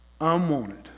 unwanted